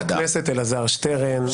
חבר הכנסת אלעזר שטרן,